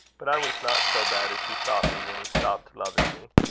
but i was not so bad as he thought me when he stopped loving me.